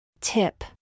Tip